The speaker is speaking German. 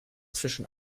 zwischen